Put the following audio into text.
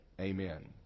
amen